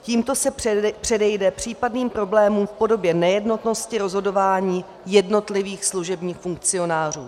Tímto se předejde případným problémům v podobě nejednotnosti rozhodování jednotlivých služebních funkcionářů.